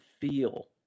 feel